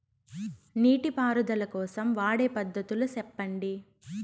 నీటి పారుదల కోసం వాడే పద్ధతులు సెప్పండి?